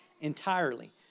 entirely